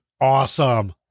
awesome